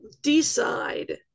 Decide